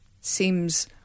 seems